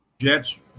Jets –